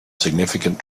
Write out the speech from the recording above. significant